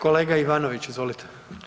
Kolega Ivanović izvolite.